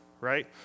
right